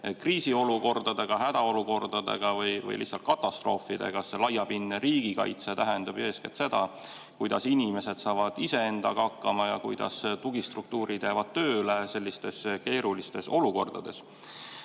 kriisiolukordadega, hädaolukordadega või lihtsalt katastroofidega. Laiapindne riigikaitse tähendab ju eeskätt seda, kuidas inimesed saavad iseendaga hakkama ja kuidas tugistruktuurid jäävad tööle sellistes keerulistes olukordades. Kas